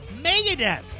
Megadeth